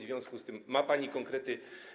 W związku z tym ma pani konkrety.